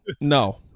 no